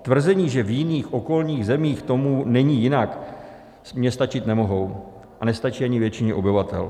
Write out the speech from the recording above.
Tvrzení, že v jiných, okolních zemích tomu není jinak, mně stačit nemohou a nestačí ani většině obyvatel.